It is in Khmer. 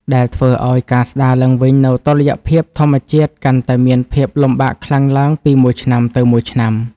ដែលធ្វើឱ្យការស្តារឡើងវិញនូវតុល្យភាពធម្មជាតិកាន់តែមានភាពលំបាកខ្លាំងឡើងពីមួយឆ្នាំទៅមួយឆ្នាំ។